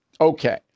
Okay